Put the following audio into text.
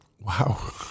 Wow